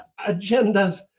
agendas